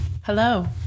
hello